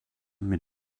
mit